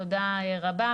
תודה רבה.